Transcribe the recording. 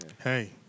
hey